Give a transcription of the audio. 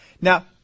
Now